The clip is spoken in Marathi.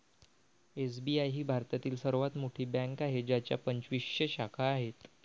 एस.बी.आय ही भारतातील सर्वात मोठी बँक आहे ज्याच्या पंचवीसशे शाखा आहेत